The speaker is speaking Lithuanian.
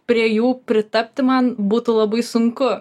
prie jų pritapti man būtų labai sunku